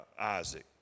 Isaac